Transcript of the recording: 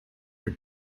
for